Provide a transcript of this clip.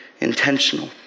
intentional